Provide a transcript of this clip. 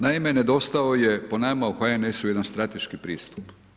Naime, nedostao je po nama u HNS-u jedan strateški pristup.